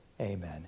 amen